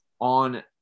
on